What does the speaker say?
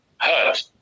hurt